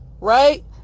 right